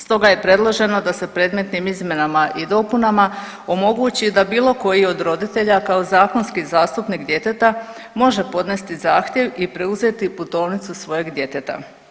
Stoga je predloženo da se predmetnim izmjenama i dopunama omogući da bilo koji od roditelja kao zakonski zastupnik djeteta može podnesti zahtjev i preuzeti putovnicu svojeg djeteta.